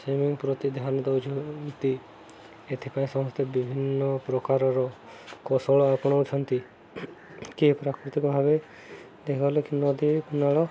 swimming ପ୍ରତି ଧ୍ୟାନ ଦଉଛନ୍ତି ଏଥିପାଇଁ ସମସ୍ତେ ବିଭିନ୍ନ ପ୍ରକାରର କୌଶଳ ଆପଣଉଛନ୍ତି କିଏ ପ୍ରାକୃତିକ ଭାବେ ଗଲେ ନଦୀ ନାଳ